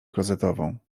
klozetową